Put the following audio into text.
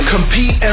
Compete